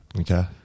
Okay